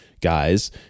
guys